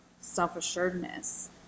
self-assuredness